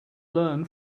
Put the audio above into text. learn